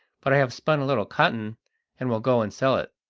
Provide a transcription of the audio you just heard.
but i have spun a little cotton and will go and sell it.